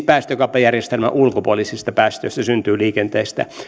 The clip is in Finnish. päästökauppajärjestelmän ulkopuolisista päästöistä syntyy liikenteessä